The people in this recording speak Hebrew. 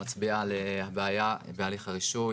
מצביע על בעיה בהליך הרישוי,